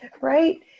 right